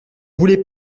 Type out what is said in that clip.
voulez